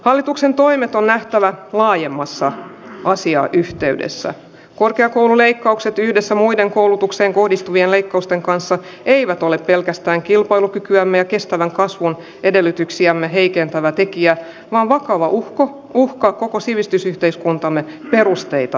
hallituksen toimet on nähtävä laajemmassa asiayhteydessä korkeakoululeikkaukset yhdessä muiden koulutukseen kohdistuvien leikkausten kanssa eivät ole pelkästään kilpailukykyämme kestävän kasvun edellytyksiä heikentävä tekijä on vakava uhka koko sivistysyhteiskuntamme perusteita